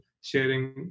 sharing